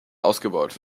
ausgebaut